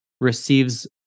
receives